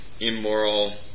immoral